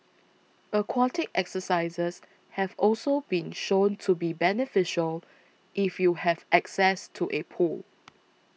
aquatic exercises have also been shown to be beneficial if you have access to a pool